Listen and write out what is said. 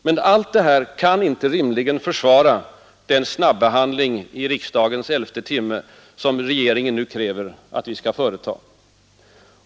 Men allt detta kan inte rimligen försvara den snabbehandling i riksdagens elfte timme som regeringen nu kräver att vi skall företa.